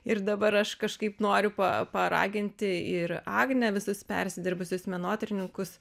ir dabar aš kažkaip noriu pa paraginti ir agnę visus persidirbusius menotyrininkus